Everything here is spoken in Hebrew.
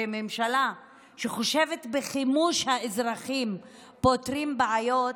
ממשלה שחושבת שבחימוש האזרחים פותרים בעיות,